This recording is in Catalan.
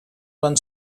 van